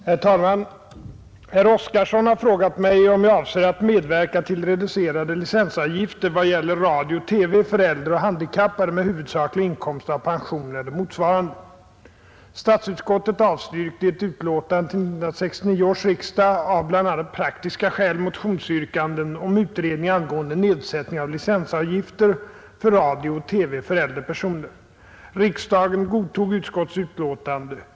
Herr talman! Herr Oskarson har frågat mig om jag avser medverka till reducerade licensavgifter vad gäller radio och TV för äldre och handikappade med huvudsaklig inkomst av pension eller motsvarande. utskottets utlåtande.